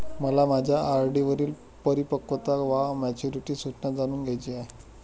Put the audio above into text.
मला माझ्या आर.डी वरील परिपक्वता वा मॅच्युरिटी सूचना जाणून घ्यायची आहे